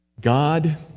God